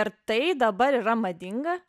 ar tai dabar yra madinga